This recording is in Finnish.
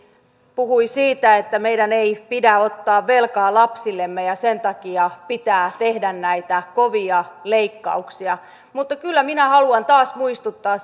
puhui siitä että meidän ei pidä ottaa velkaa lapsillemme ja sen takia pitää tehdä näitä kovia leikkauksia mutta kyllä minä haluan taas muistuttaa